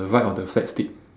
the right of the flag stick